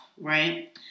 right